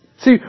See